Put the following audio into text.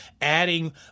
adding